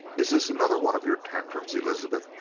is this another one of your tantrums, elizabeth?